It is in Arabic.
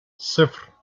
صفر